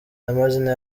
n’amazina